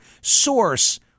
source